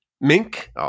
Mink